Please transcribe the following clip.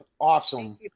awesome